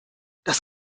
das